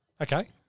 Okay